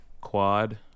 quad